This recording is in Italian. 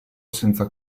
senza